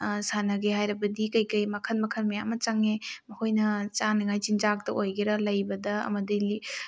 ꯁꯥꯟꯅꯒꯦ ꯍꯥꯏꯔꯕꯗꯤ ꯀꯩꯀꯩ ꯃꯈꯜ ꯃꯈꯜ ꯃꯌꯥꯝ ꯑꯃ ꯆꯪꯉꯦ ꯃꯈꯣꯏꯅ ꯆꯥꯅꯤꯡꯉꯥꯏ ꯆꯤꯟꯖꯥꯛꯇ ꯑꯣꯏꯒꯦꯔꯥ ꯂꯩꯕꯗ ꯑꯃꯗꯤ